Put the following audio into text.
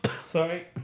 sorry